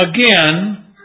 again